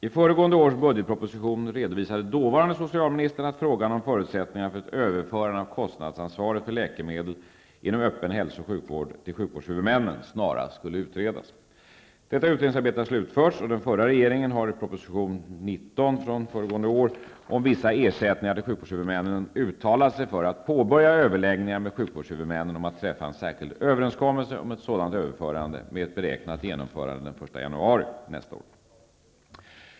I föregående års budgetproposition redovisade dåvarande socialministern att frågan om förutsättningar för ett överförande av kostnadsansvaret för läkemedel inom öppen hälsooch sjukvård till sjukvårdshuvudmännen snarast skulle utredas. Detta utredningsarbete har slutförts, och den förra regeringen har i prop. 1991/92:19 om vissa ersättningar till sjukvårdshuvudmännen uttalat sig för att påbörja överläggningar med sjukvårdshuvudmännen om att träffa en särskild överenskommelse om ett sådant överförande med ett beräknat genomförande den 1 januari nästa år.